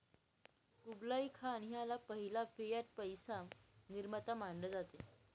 Kublai Khan ह्याला पहिला fiat पैसा निर्माता मानले जाते